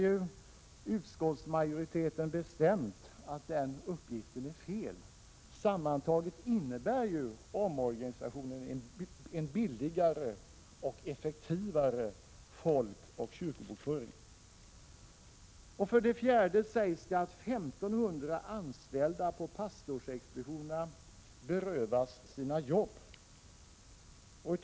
Utskottsmajoriteten hävdar bestämt att den uppgiften är felaktig. Sammantaget innebär omorganisationen en billigare och effektivare folkoch kyrkobokföring. Vidare sägs det att 1 500 anställda på pastorsexpeditionerna berövas sina jobb.